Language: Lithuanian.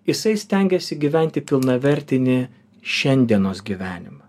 jisai stengiasi gyventi pilnavertinį šiandienos gyvenimą